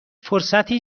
فرصتی